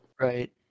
Right